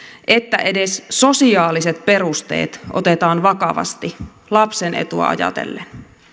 että edes sosiaaliset perusteet otetaan vakavasti lapsen etua ajatellen